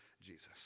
Jesus